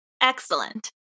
Excellent